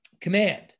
Command